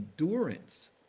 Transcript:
endurance